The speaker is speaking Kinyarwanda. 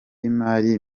y’imari